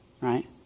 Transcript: right